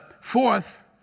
Fourth